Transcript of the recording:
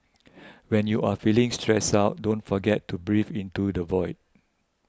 when you are feeling stressed out don't forget to breathe into the void